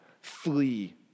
flee